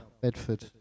Bedford